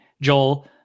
Joel